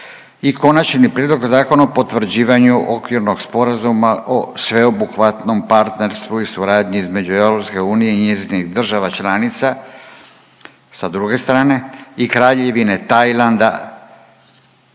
- Konačni prijedlog zakona o potvrđivanju Okvirnog sporazuma o sveobuhvatnom partnerstvu i suradnji između Europske unije i njezinih država članica, s jedne strane, i Kraljevine Tajlanda,